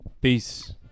Peace